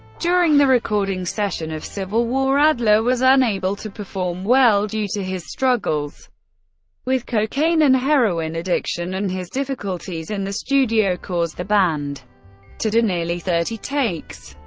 during the recording session of civil war, adler was unable to perform well due to his struggles with cocaine and heroin addiction, and his difficulties in the studio caused the band to do nearly thirty takes.